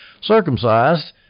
circumcised